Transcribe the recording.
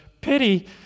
Pity